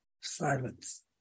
silence